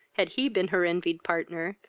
had he been her envied partner,